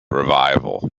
revival